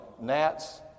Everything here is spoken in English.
Gnats